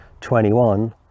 21